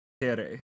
Tere